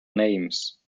names